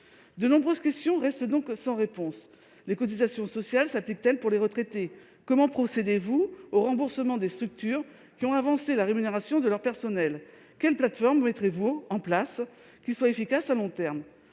De nombreuses questions restent donc sans réponse : les cotisations sociales s'appliquent-elles pour les retraités ? Comment procédez-vous au remboursement des structures qui ont avancé la rémunération de leur personnel ? Quelle plateforme efficace sur le long terme